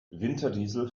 winterdiesel